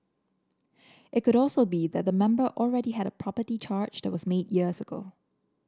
it could also be that the member already had property charge that was made years ago